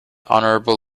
honorable